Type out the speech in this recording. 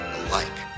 alike